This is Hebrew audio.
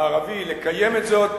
הערבי לקיים את זאת.